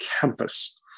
Campus